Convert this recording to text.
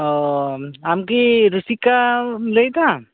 ᱚᱻ ᱟᱢ ᱜᱮ ᱨᱩᱥᱤᱠᱟᱢ ᱞᱟ ᱭᱮᱫᱟ